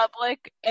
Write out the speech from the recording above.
public